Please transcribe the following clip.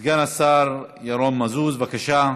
סגן השר ירון מזוז, בבקשה,